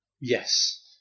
yes